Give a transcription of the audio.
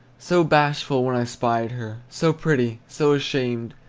so bashful when i spied her, so pretty, so ashamed!